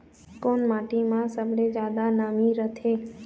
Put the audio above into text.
कोन माटी म सबले जादा नमी रथे?